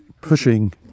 pushing